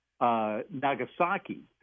Nagasaki